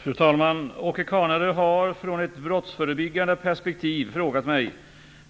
Fru talman! Åke Carnerö har - i ett brottsförebyggande perspektiv - frågat mig